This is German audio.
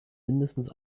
mindestens